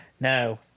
No